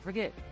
forget